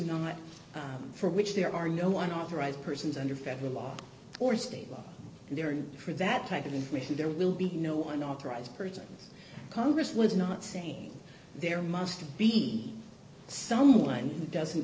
not for which there are no one authorized persons under federal law or state law there and for that type of information there will be no unauthorized persons congress was not saying there must be someone who doesn't